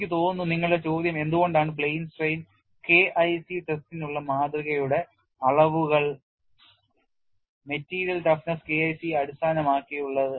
എനിക്ക് തോന്നുന്നു നിങ്ങളുടെ ചോദ്യം എന്ത് കൊണ്ടാണ് പ്ലെയിൻ സ്ട്രെയിൻ K IC ടെസ്റ്റിനുള്ള മാതൃകയുടെ അളവുകൾ മെറ്റീരിയൽ toughness K IC യെ അടിസ്ഥാനമാക്കിയുള്ളത്